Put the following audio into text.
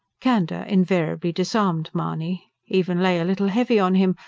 candour invariably disarmed mahony even lay a little heavy on him,